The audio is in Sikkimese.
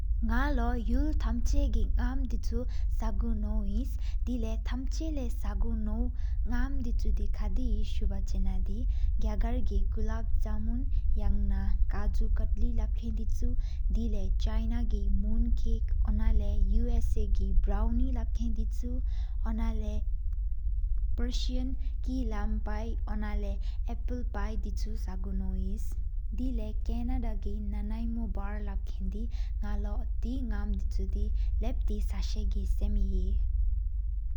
ནག་ལོ་ཡུལ་ཐམ་ཅ་གི་ཉམ་དུའུ་ས་གུ་ནོེ། དེ་ལས་ཐམ་ཅ་ལེ་ས་གུ་ནོ་ཡུང་གི་ཁ་དེ་ཧེ། སུ་འབྲས་ཙི་གི་གྒ་གར་གི་གུ་ལབ་ཟམ་ནུན། ཡང་འི་དབྱར་ཀ་ཀི་ལབ་ཀྲོན་དེ་ཆུ། དེ་ལས་ཕྱི་ན་གི་ཟླ་སྒོ་སྟ་སྒེར་ལས། སུའུ་ད་གི་བྲོ་ནི་ལབ་ཀྲོན་དེ་ཆུ་སྔོ་ས་ལས། པིར་སི་ཡའི་ལག་ཟའ་ལབ་ཀྲོན་དེ་ཆུ། ཨེབ་རིལ། པི་དེ་ཆུ་ས་གུ་ནོ་ཧེ་དེ་ལས། དེ་ལས་ཀ་ན་ད་གི་ནང་ལུ་མེའུ་ལབ་ཀྲོན་དེ། ནག་ལོ་དེ་ཉམ་དུའུ་གི་དབྱར་ཙི་ལེས་ས་གི་སིོམ་ཧེ།